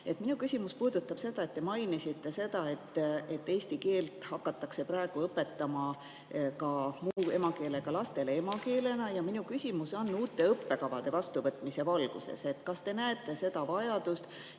Minu küsimus puudutab seda, et te mainisite, et eesti keelt hakatakse praegu õpetama ka muu emakeelega lastele emakeelena. Ja minu küsimus on uute õppekavade vastuvõtmise valguses. Kas te näete seda vajadust,